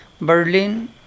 Berlin